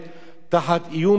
תחת איום בנשק,